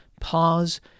Pause